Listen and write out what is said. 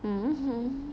mmhmm